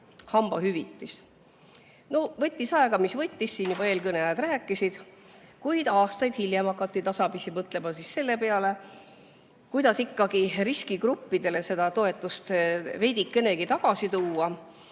hambaravihüvitis. No võttis aega, mis võttis, siin juba eelkõnelejad rääkisid, kuid aastaid hiljem hakati tasapisi mõtlema selle peale, kuidas ikkagi riskigruppidele seda toetust veidikenegi tagasi tuua.